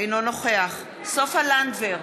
אינו נוכח סופה לנדבר,